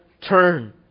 turn